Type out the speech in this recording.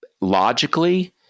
logically